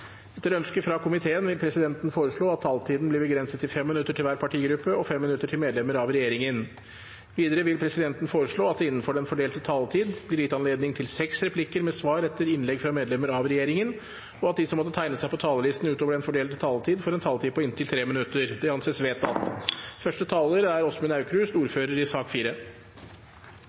Etter ønske fra kommunal- og forvaltningskomiteen vil presidenten foreslå at taletiden blir begrenset til 3 minutter til hver partigruppe og 3 minutter til medlemmer av regjeringen. Videre vil presidenten foreslå at det – innenfor den fordelte taletid – blir gitt anledning til tre replikker med svar etter innlegg fra medlemmer av regjeringen, og at de som måtte tegne seg på talerlisten utover den fordelte taletid, får en taletid på inntil 3 minutter. – Det anses vedtatt. Første taler er Jon Engen-Helgheim, som taler på vegne av sakens ordfører,